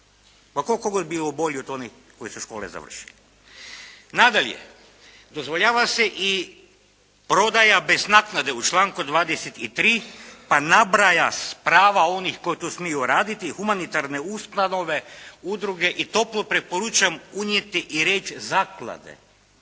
Pa koliko god bio bolji od onih koji su škole završili. Nadalje, dozvoljava se i prodaja bez naknade u članku 23. pa nabraja prava onih koji to smiju raditi, humanitarne ustanove, udruge i toplo preporučam unijeti i riječ zaklade.